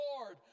Lord